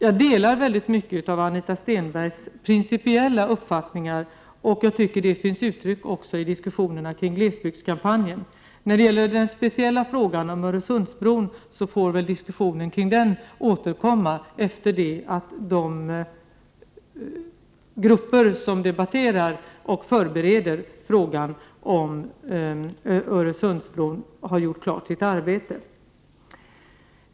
Jag delar mycket av Anita Stenbergs principiella uppfattningar, och det tycker jag får uttryck i diskussionerna om glesbygdskampanjen. När det gäller den speciella frågan om Öresundsbron får väl diskussionen återkomma efter det att de grupper som förbereder frågan om Öresundsbron har gjort klart sitt arbete.